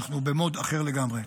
אנחנו במוד אחר לגמרי.